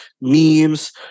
memes